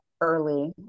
early